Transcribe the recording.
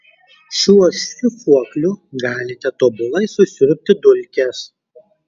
šiuo šlifuokliu galite tobulai susiurbti dulkes